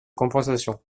compensation